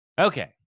Okay